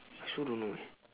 I also don't know eh